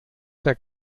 der